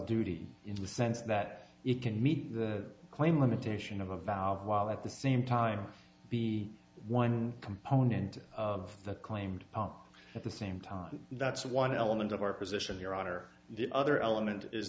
duty in the sense that it can meet the claim limitation of a valve while at the same time be one component of the claimed at the same time that's one element of our position your honor the other element is